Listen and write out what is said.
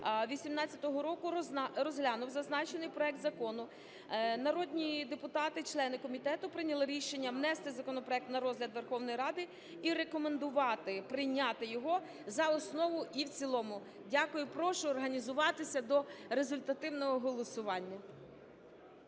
18-го року розглянув зазначений проект закону. Народні депутати - члени комітету прийняли рішення внести законопроект на розгляд Верховної Ради і рекомендувати прийняти його за основу і в цілому. Дякую. Прошу організуватися до результативного голосування.